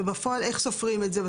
ובפועל איך סופרים את זה?